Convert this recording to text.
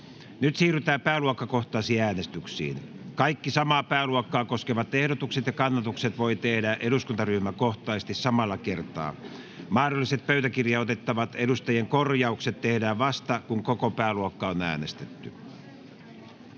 Nyt siirrytään pääluokkakohtaisiin äänestyksiin. Kaikki samaa pääluokkaa koskevat ehdotukset ja kannatukset voi tehdä eduskuntaryhmäkohtaisesti samalla kertaa. Mahdolliset pöytäkirjaan otettavat edustajien korjaukset tehdään vasta, kun koko pääluokka on äänestetty.